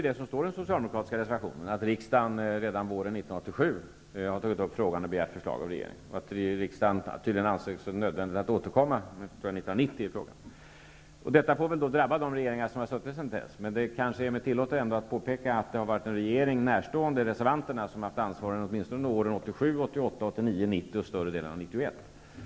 Det som står i den socialdemokratiska reservationen stämmer, nämligen att riksdagen redan våren 1987 tog upp den här frågan och begärde förslag från regeringen och att riksdagen ansett det nödvändigt att år 1990 återkomma i frågan. Detta får väl belasta de regeringar som har suttit i regering sedan dess. Jag tillåter mig ändå att påpeka att det har varit en regering närstående reservanterna som har haft ansvaret åtminstone under åren 1987--1990 och under större delen av år 1991.